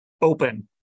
open